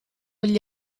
gli